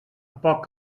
poc